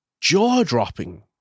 jaw-dropping